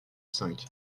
cinq